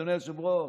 אדוני היושב-ראש.